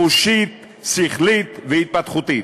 חושית, שכלית והתפתחותית.